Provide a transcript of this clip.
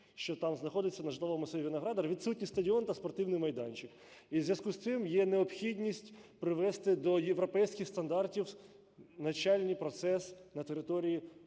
що там знаходиться на житловому масиві Виноградар, відсутній стадіон та спортивний майданчик. І у зв'язку з цим є необхідність привести до європейських стандартів навчальний процес на території